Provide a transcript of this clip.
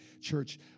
Church